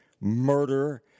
murder